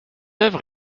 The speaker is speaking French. oeuvre